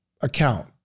account